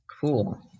Cool